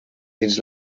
dins